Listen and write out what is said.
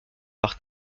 par